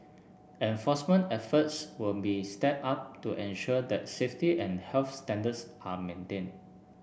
enforcement efforts will be stepped up to ensure that safety and health standards are maintained